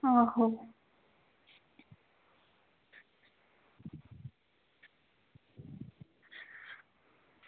आहो